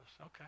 Okay